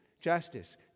justice